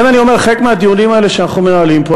לכן אני אומר: חלק מהדיונים האלה שאנחנו מנהלים פה,